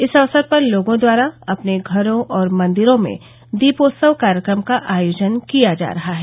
इस अवसर पर लोगों द्वारा अपने घरों और मंदिरों में दीपोत्सव कार्यक्रम का आयोजन किया जा रहा है